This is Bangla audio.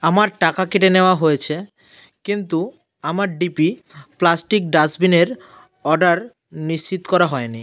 আমার টাকা কেটে নেওয়া হয়েছে কিন্তু আমার ডিপি প্লাস্টিক ডাসবিনের অর্ডার নিশ্চিত করা হয় নি